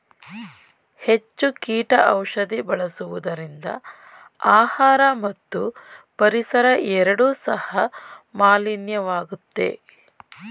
ಹೆಚ್ಚು ಕೀಟ ಔಷಧಿ ಬಳಸುವುದರಿಂದ ಆಹಾರ ಮತ್ತು ಪರಿಸರ ಎರಡು ಸಹ ಮಾಲಿನ್ಯವಾಗುತ್ತೆ